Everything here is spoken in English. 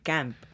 Camp